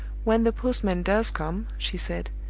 when the postman does come, she said,